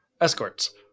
Escorts